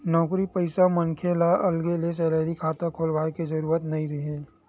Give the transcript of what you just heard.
नउकरी पइसा मनखे ल अलगे ले सेलरी खाता खोलाय के जरूरत नइ हे